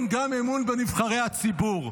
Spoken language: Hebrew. כן, גם אמון בנבחרי הציבור.